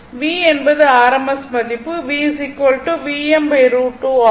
V என்பது rms மதிப்பு V Vm √ 2 ஆகும்